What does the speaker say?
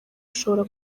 ashobora